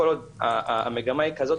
כל עוד המגמה היא כזאת,